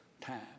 time